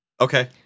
Okay